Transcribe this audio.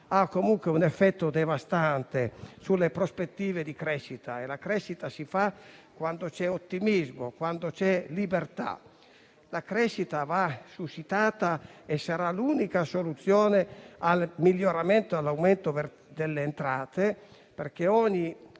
ha un effetto devastante sulle prospettive di crescita. E la crescita si ottiene quando ci sono ottimismo e libertà. La crescita va suscitata e sarà l'unica soluzione al miglioramento e all'aumento delle entrate, perché ogni euro